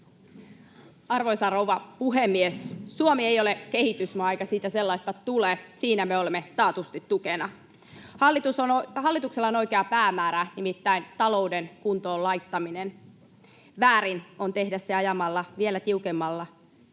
Arvoisa rouva puhemies! Suomi ei ole kehitysmaa eikä siitä sellaista tule, siinä me olemme taatusti tukena. Hallituksella on oikea päämäärä, nimittäin talouden kuntoon laittaminen. Väärin on tehdä se ajamalla vielä tiukemmalle